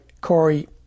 Corey